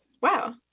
wow